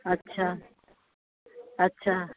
अच्छा अच्छा